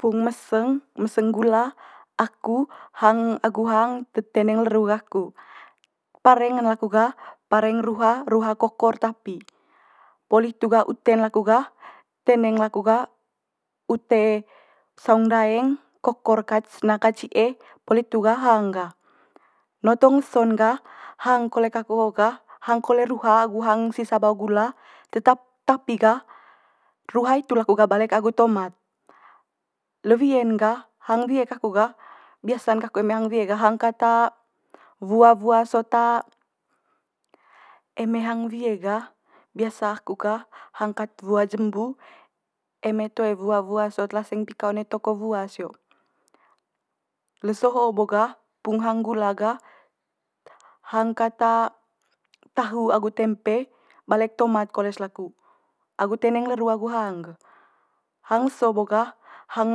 pung meseng, meseng gula aku hang agu hang te- teneng le ru gaku. Pareng'n laku gah pareng ruha, ruha kokor tapi. Poli hitu gah ute'n laku gah teneng laku gah ute saung ndaeng kokor kat's na'a kat ci'e poli hitu gah hang gah. tong leso'n gah hang kole kaku ho gah hang kole ruha agu hang sisa bao gula tetap tapi gah ruha hitu laku gah balek agu tomat. Le wie'n gah hang wie kaku gah biasan kaku eme hang wie gah hang kat wua wua sot eme hang wie gah biasa aku gah hang kat wua jembu eme toe wua wua sot laseng pika one toko wua sio. Leso ho'o bo gah pung hang gula gah hang kat tahu agu tempe balek tomat kole's laku agu teneng le ru agu hang ge. Hang leso bo gah hang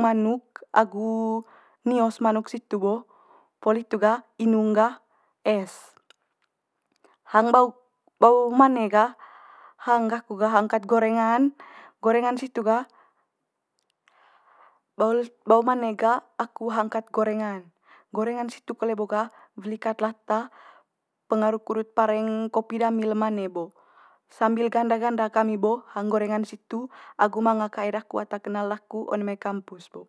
manuk agu nio's manuk situ bo, poli hitu gah inung gah es. Hang bao- bao mane gah, hang gaku gah hang kat gorengan, gorengan situ gah bao mane ga aku hang kat gorengan. Gorengan situ kole bo ga weli kat lata pengaru kudut pareng kapi dami le mane bo, sambil ganda ganda kami bo hang gorengan situ agu manga kae daku ata kenal daku one mai kampus bo.